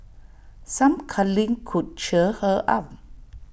some cuddling could cheer her up